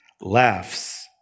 laughs